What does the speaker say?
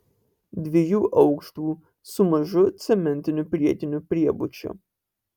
dviejų aukštų su mažu cementiniu priekiniu priebučiu